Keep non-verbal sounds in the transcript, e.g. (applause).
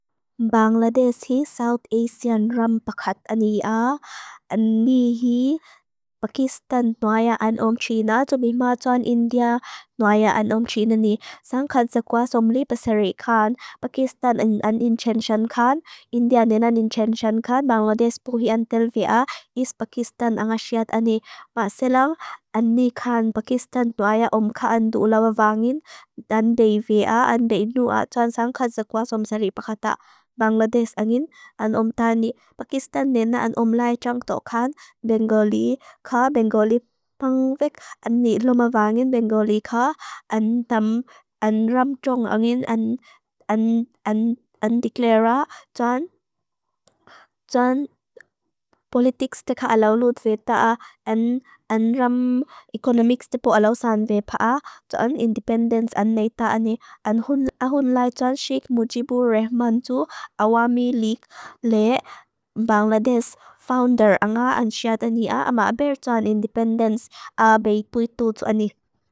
Bangladesh is South Asian Rampakat ania. Ani hi Pakistan, Naya and Omchina. Tumima tuan India, Naya and Omchina ni. Sangkat sekuas om li pasari kan Pakistan an inchenshan kan. India nena inchenshan kan. Bangladesh puhi an tel via. Is Pakistan ang asiat ani. Makselang, ani kan Pakistan, Naya, Omkha an duulawavangin. Dan bay via, an bay nua. Tuan sangkat sekuas om sari pakatak Bangladesh angin. An om ta ni Pakistan nena. An om lai jang tokan Bengali ka. Bengali (hesitation) pangvek. An ni lumavangin Bengali ka. An tam, an ram chong angin. An, an, an, an, an declara. Tuan, tuan, (hesitation) politics teka alaw lut veta. An, an ram economics tepo alaw san veta. A, tuan independence an neta ani. An hun, ahun lai tuan Sheikh Mujibur Rahman tu. Awami League le Bangladesh. Founder anga an siat ani a. Ama aber tuan independence. A, bay tui tu tu ani.